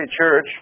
church